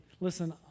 listen